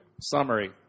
Summary